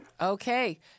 Okay